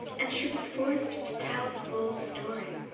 and she was forced to tell the whole story.